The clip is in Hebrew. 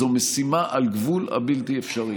זו משימה על גבול הבלתי-אפשרית.